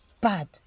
bad